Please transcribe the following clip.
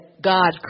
God